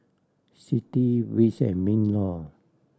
CITI wits and MinLaw